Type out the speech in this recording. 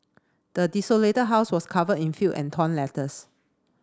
the desolated house was covered in filth and torn letters